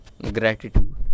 gratitude